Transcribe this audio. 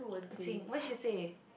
what she say